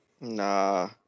Nah